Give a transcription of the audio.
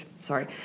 sorry